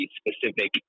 specific